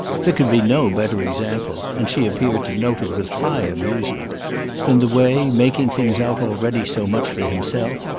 there could be no better example and she appeared to note it with high amusement than the way, making things out already so much for himself,